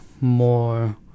more